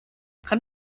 kann